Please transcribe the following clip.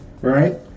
right